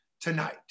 tonight